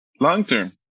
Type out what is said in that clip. long-term